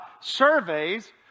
surveys